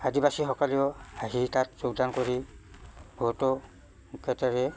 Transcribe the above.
আদিবাসীসকলেও আহি তাত যোগদান কৰি বহুতো ক্ষেত্ৰতে